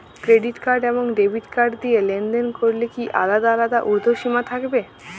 Credit card এবং debit card দিয়ে লেনদেন করলে কি আলাদা আলাদা ঊর্ধ্বসীমা থাকবে?